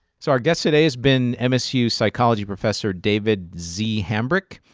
so our guest today has been msu psychology professor david z. hambrick.